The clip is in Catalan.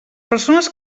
persones